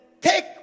Take